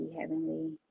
heavenly